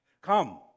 come